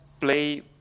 play